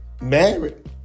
married